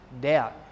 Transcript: doubt